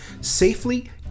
safely